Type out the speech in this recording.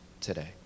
today